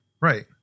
right